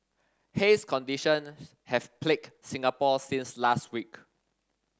haze condition have plagued Singapore since last week